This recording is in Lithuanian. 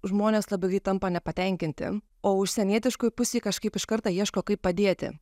žmonės labai tampa nepatenkinti o užsienietiškoj pusej kažkaip iš karto ieško kaip padėti